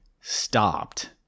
stopped